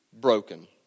broken